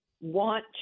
want